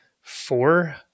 four